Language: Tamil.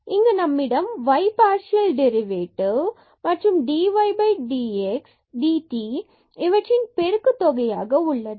எனவே இங்கு நம்மிடம் ஒரு y பார்சியல் டெரிவேட்டிவ் மற்றும் dydt இதன் பெருக்கு தொகையாக உள்ளது